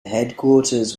headquarters